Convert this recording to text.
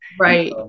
Right